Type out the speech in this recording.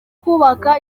kubaka